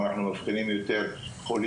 מנתוני התכנית הלאומית